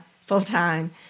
full-time